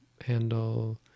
handle